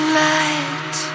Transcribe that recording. light